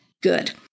Good